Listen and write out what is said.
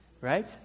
right